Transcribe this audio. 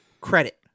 credit